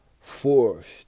forced